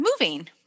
moving